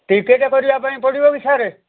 ticket କରିବା ପାଇଁ ପଡ଼ିବ କି ସାର୍